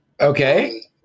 Okay